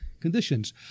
conditions